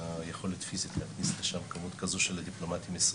היכולת הפיזית של להכניס לשם כמות כזו של דיפלומטים ישראליים.